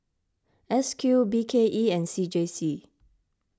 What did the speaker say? S Q B K E and C J C